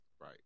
Right